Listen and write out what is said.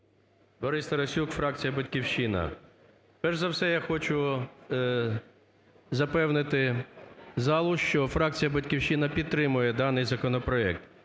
Борис Тарасюк, фракція "Батьківщина". Перш за все я хочу запевнити залу, що фракція "Батьківщина" підтримує даний законопроект.